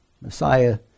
Messiah